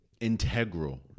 integral